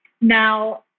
Now